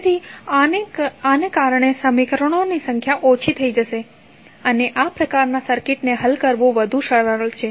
તેથી આને કારણે સમીકરણોની સંખ્યા ઓછી થઈ જશે અને આ પ્રકારના સર્કિટને હલ કરવુ વધુ સરળ છે